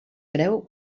creu